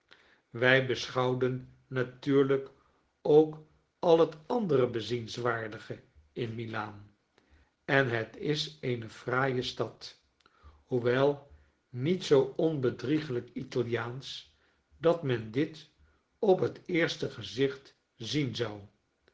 wij beschouwden natuurlijk ook al het andere bezienswaardige in mil aan en het is een fraaie stad hoewel niet zoo onbedrieglijk italiaansch dat men dit op het eerste gezicht zien zou